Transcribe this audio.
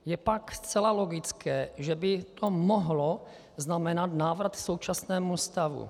Je pak zcela logické, že by to mohlo znamenat návrat k současnému stavu.